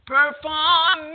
Perform